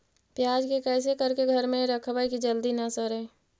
प्याज के कैसे करके घर में रखबै कि जल्दी न सड़ै?